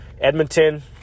Edmonton